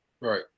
Right